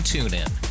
TuneIn